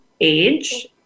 age